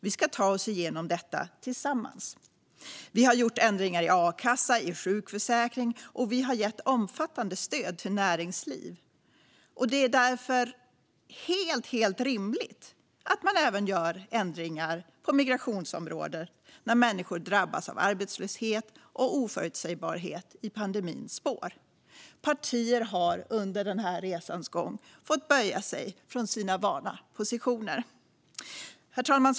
Vi ska ta oss igenom detta tillsammans. Vi har gjort ändringar i a-kassa och i sjukförsäkring, och vi har gett omfattande stöd till näringslivet. Det är därför helt rimligt att man även gör ändringar på migrationsområdet när människor drabbas av arbetslöshet och oförutsägbarhet i pandemins spår. Partier har under den här resans gång fått böja sig från sina invanda positioner. Herr talman!